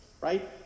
Right